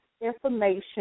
information